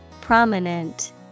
Prominent